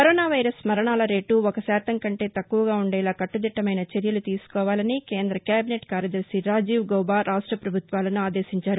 corona మరణాల రేటు ఒక శాతం కంటే తక్కువగా ఉండేలా కట్టదిట్టమైన చర్యలు తీసుకోవాలని కేంద్ర కేబినెట్ కార్యదర్భి రాజీవ్ గౌబ రాష్ట ప్రభుత్వాలను ఆదేశించారు